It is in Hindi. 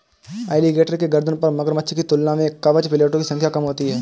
एलीगेटर के गर्दन पर मगरमच्छ की तुलना में कवच प्लेटो की संख्या कम होती है